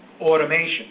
automation